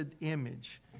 image